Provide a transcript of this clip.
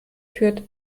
führt